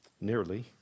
Nearly